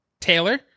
Taylor